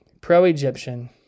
pro-Egyptian